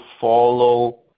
follow